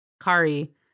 Kari